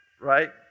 right